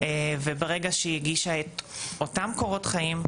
וברגע שהיא הגישה את אותם קורות חיים,